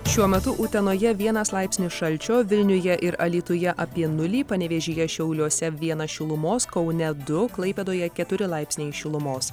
šiuo metu utenoje vienas laipsnis šalčio vilniuje ir alytuje apie nulį panevėžyje šiauliuose vienas šilumos kaune du klaipėdoje keturi laipsniai šilumos